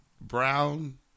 Brown